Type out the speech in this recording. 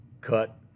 cut